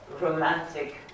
romantic